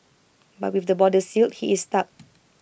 but with the borders sealed he is stuck